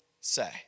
say